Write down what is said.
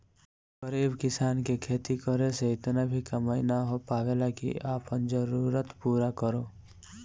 गरीब किसान के खेती करे से इतना भी कमाई ना हो पावेला की आपन जरूरत पूरा करो